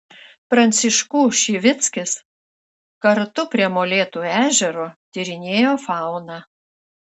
pranciškų šivickis kartu prie molėtų ežero tyrinėjo fauną